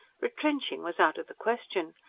retrenching was out of the question.